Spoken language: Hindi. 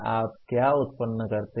आप क्या उत्पन्न करते हैं